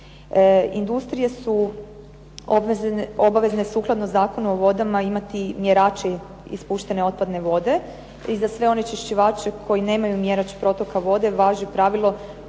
Industrije su obavezne sukladno Zakonu o vodama imati mjerači ispuštene otpadne vode, i za sve onečišćivače koji nemaju mjerač protoka vode važi pravilo